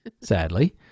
sadly